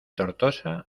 tortosa